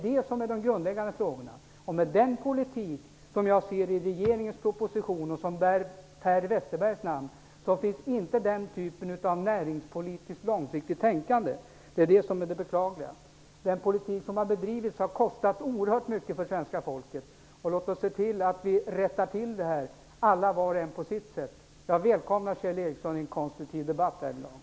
De är de grundläggande frågorna. Men med den politik som jag kan utläsa av regeringens proposition, som bär Per Westerbergs namn, finns inte den typen av näringspolitiskt långsiktigt tänkande; det är det beklagliga. Den politik som har bedrivits har kostat oerhört mycket för svenska folket. Låt oss se till att rätta till detta, alla var och en på sitt sätt. Jag välkomnar Kjell Ericsson i en konstruktiv debatt här i dag.